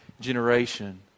generation